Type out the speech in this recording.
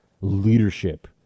leadership